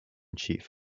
chief